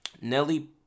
Nelly